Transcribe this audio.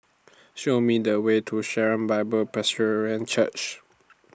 Show Me The Way to Sharon Bible Presbyterian Church